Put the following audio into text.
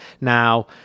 Now